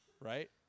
right